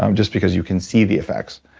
um just because you can see the effects.